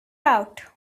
out